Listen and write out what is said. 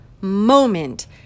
moment